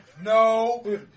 No